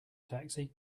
taxi